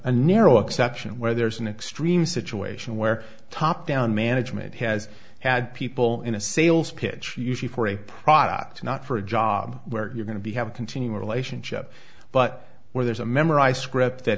a narrow exception where there's an extreme situation where top down management has had people in a sales pitch usually for a product not for a job where you're going to be have a continuing relationship but where there's a memorized script that